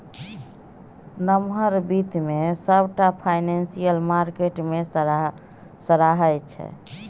नमहर बित्त केँ सबटा फाइनेंशियल मार्केट मे सराहै छै